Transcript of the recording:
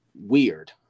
weird